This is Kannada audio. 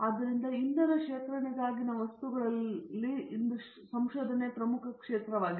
ಆದ್ದರಿಂದ ಇಂಧನ ಶೇಖರಣೆಗಾಗಿನ ವಸ್ತುಗಳಲ್ಲಿ ಇದು ಇಂದು ಸಂಶೋಧನೆಯ ಪ್ರಮುಖ ಕ್ಷೇತ್ರವಾಗಿದೆ